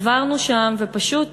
עברנו שם, ופשוט